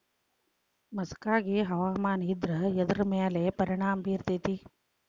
ಮಸಕಾಗಿ ಹವಾಮಾನ ಇದ್ರ ಎದ್ರ ಮೇಲೆ ಪರಿಣಾಮ ಬಿರತೇತಿ?